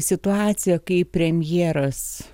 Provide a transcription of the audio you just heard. situaciją kai premjeras